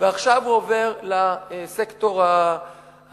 ועכשיו הוא עובר לסקטור הציבורי-ממשלתי.